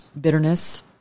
bitterness